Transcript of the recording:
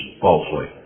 falsely